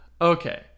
Okay